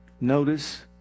Notice